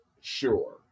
Sure